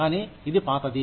కానీ ఇది పాతది